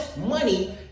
money